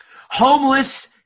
Homeless